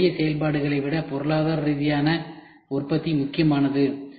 எனவே எளிய செயல்பாடுகளை விட பொருளாதார ரீதியான உற்பத்தி முக்கியமானது